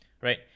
right